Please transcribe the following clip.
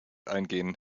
eingehen